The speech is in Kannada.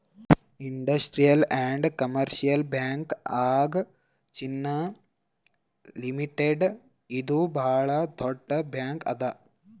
industrial and commercial bank of China limited ಇದು ಭಾಳ್ ದೊಡ್ಡ ಬ್ಯಾಂಕ್ ಅದಾ